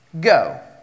go